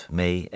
mee